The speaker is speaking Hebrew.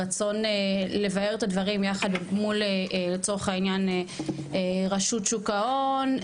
רצון לבאר את הדברים יחד אל מול לצורך העניין רשות שוק ההון,